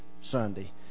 Sunday